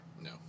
No